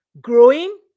growing